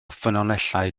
ffynonellau